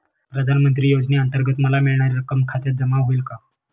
प्रधानमंत्री योजनेअंतर्गत मला मिळणारी रक्कम खात्यात जमा होईल का?